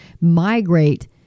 migrate